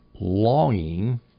longing